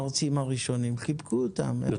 חיבקו אותם.